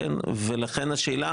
ולכן השאלה,